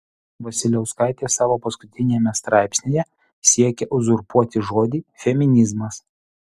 vasiliauskaitė savo paskutiniame straipsnyje siekia uzurpuoti žodį feminizmas